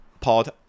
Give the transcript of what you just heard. pod